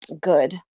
good